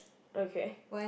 okay